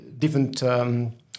different